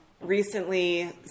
Recently